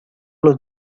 los